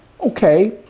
Okay